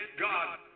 God